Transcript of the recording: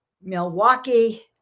Milwaukee